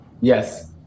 Yes